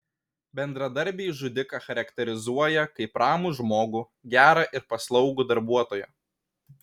bendradarbiai žudiką charakterizuoja kaip ramų žmogų gerą ir paslaugų darbuotoją